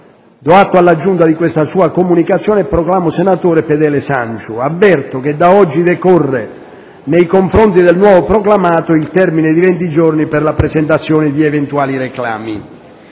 Do atto alla Giunta di questa comunicazione e proclamo senatore Fedele Sanciu. Avverto che da oggi decorre nei confronti del nuovo proclamato il termine di venti giorni per la presentazione di eventuali reclami.